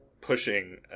pushing